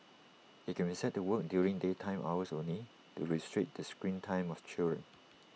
IT can be set to work during daytime hours only to restrict the screen time of children